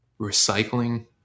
recycling